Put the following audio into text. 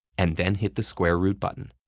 and then hit the square root button.